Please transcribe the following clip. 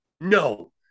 No